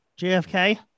JFK